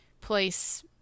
place